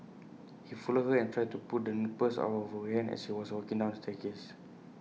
he followed her and tried to pull the purse out of her hand as she was walking down the staircase